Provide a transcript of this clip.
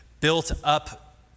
built-up